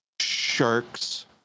sharks